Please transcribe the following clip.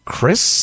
Chris